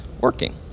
working